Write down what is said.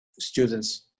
students